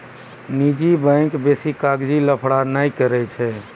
निजी बैंक बेसी कागजी लफड़ा नै करै छै